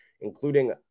including